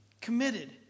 committed